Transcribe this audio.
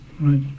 Right